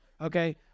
okay